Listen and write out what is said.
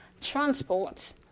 transport